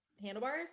handlebars